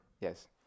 Yes